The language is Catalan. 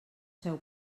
seu